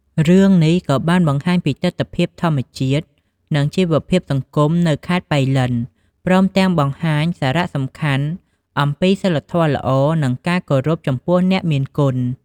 រឿងនេះក៏បានបង្ហាញពីទិដ្ឋភាពធម្មជាតិ និងជីវភាពសង្គមនៅខេត្តប៉ៃលិន ព្រមទាំងបង្ហាញសារៈសំខាន់អំពីសីលធម៌ល្អ និងការគោរពចំពោះអ្នកមានគុណ។